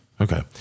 Okay